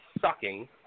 sucking